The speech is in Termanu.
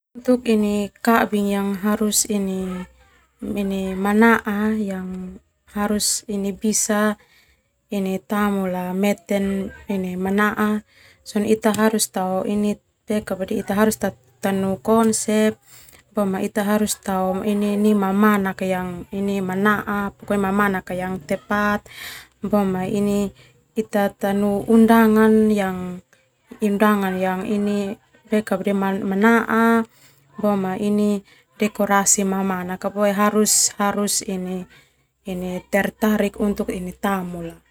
Kabing yang harus ini mana'a yang harus ini bisa ini tamu la mete harus mana'a ndia sona ita harus tanu konsep boma ita harus tao neu mamana manaa boma ita tanu undangan yang mana'a boma dekorasi mamanak boe harus tertarik untuk tamu.